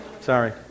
Sorry